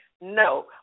No